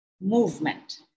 movement